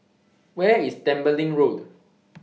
Where IS Tembeling Road